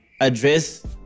address